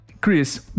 Chris